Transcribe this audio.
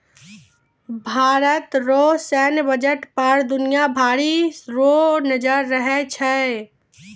भारत रो सैन्य बजट पर दुनिया भरी रो नजर रहै छै